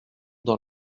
dans